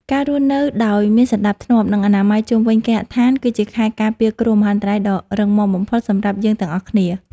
ការរស់នៅដោយមានសណ្តាប់ធ្នាប់ និងអនាម័យជុំវិញគេហដ្ឋាន គឺជាខែលការពារគ្រោះមហន្តរាយដ៏រឹងមាំបំផុតសម្រាប់យើងទាំងអស់គ្នា។